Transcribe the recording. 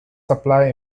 supply